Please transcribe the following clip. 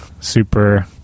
super